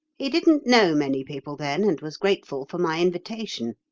he didn't know many people then and was grateful for my invitation.